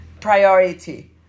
priority